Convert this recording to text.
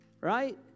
Right